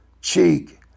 cheek